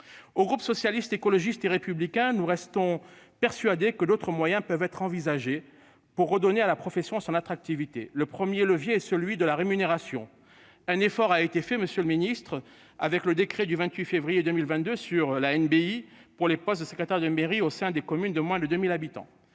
Au groupe socialiste, écologiste et républicain. Nous restons persuadés que d'autres moyens peuvent être envisagées pour redonner à la profession son attractivité le 1er levier, celui de la rémunération, un effort a été fait, Monsieur le Ministre, avec le décret du 28 février 2022 sur la NBI pour les postes de secrétaire de mairie au sein des communes de moins de 2000 habitants.